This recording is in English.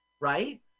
right